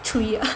three ah